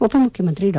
ಉಪಮುಖ್ಖಮಂತ್ರಿ ಡಾ